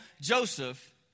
Joseph